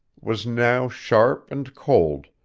was now sharp and cold,